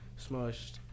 smushed